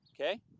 okay